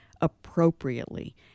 appropriately